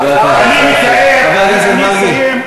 אני מתאר, חבר הכנסת מרגי.